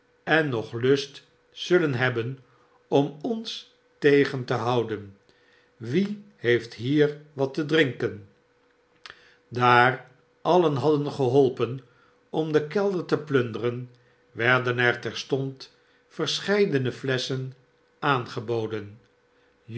en nog lust zullen hebben om ons tegen te houden wie heeft hier wat te drinken daar alien hadden geholpen om den kelder te plunderen werden er terstond verscheidene flesschen aangeboden